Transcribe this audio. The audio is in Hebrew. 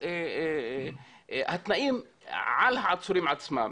התנאים על העצורים עצמם.